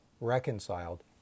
reconciled